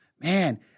man